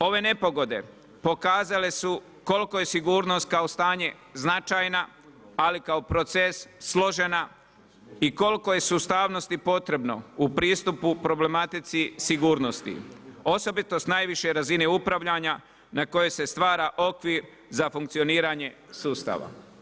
Ove nepogode pokazale su koliko je sigurnost kao stanje značajna ali kao proces složena i koliko je sustavnosti potrebno u pristupu problematici sigurnosti osobito s najviše razine upravljanja na koje se stvara okvir za funkcioniranje sustava.